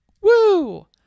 Woo